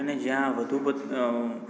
અને જ્યાં વધુ પડ અં